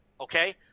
Okay